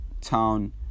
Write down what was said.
town